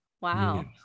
Wow